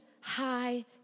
high